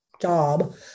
job